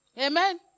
Amen